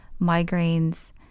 migraines